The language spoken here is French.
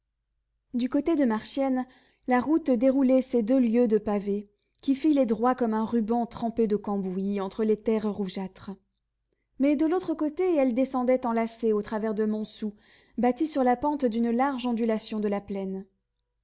du côté de marchiennes la route déroulait ses deux lieues de pavé qui filaient droit comme un ruban trempé de cambouis entre les terres rougeâtres mais de l'autre côté elle descendait en lacet au travers de montsou bâti sur la pente d'une large ondulation de la plaine